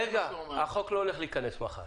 החוק לא הולך להיכנס מחר.